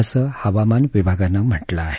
असं हवामान विभागानं म्हटलं आहे